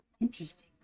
Interesting